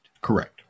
Correct